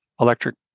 electric